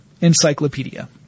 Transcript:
encyclopedia